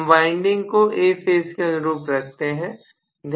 हम वाइंडिंग को A phase के अनुरूप रखते हैं